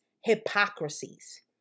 hypocrisies